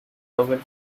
towels